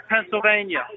Pennsylvania